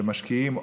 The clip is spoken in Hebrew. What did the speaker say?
כשמשקיעים,